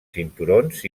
cinturons